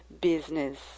business